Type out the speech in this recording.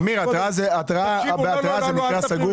אמיר, בהתרעה זה נקרא סגור?